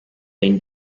been